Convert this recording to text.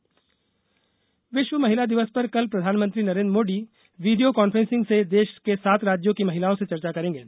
महिला दिवस फ़लेगशिप विश्व महिला दिवस पर कल प्रधानमंत्री नरेन्द्र मोदी वीडियो कांफ्रेसिंग से देश के सात राज्यों की महिलाओं से चर्चा करेंगे